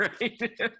right